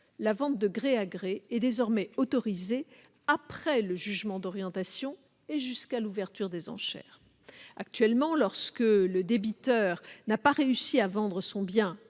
la vente de gré à gré est désormais autorisée après le jugement d'orientation, et ce jusqu'à l'ouverture des enchères. Actuellement, lorsque le débiteur n'a pas réussi à vendre son bien